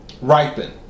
ripen